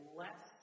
less